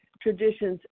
traditions